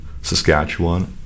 Saskatchewan